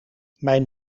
mijn